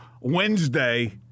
Wednesday